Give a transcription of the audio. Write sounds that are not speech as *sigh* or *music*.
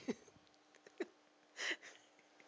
*laughs*